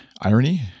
Irony